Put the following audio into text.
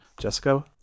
Jessica